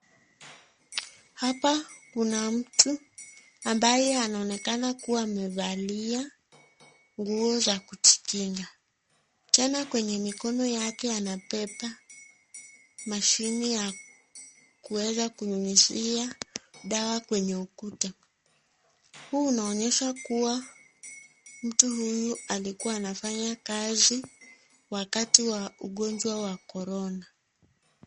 Hapa kuna mtu ambaye anaonekana kuwa amevalia nguo za kujikinga. Tena kwenye mikono yake amebeba mashini ya kunyunyizia dawa kwenye ukuta. Huu unaonyesha kuwa mtu huyu alikuwa anafanya kazi wakati wa ugonjwa wa Corona.